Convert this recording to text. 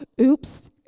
Oops